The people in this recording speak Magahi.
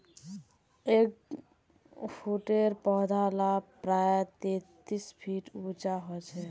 एगफ्रूटेर पौधा ला प्रायः तेतीस फीट उंचा होचे